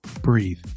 Breathe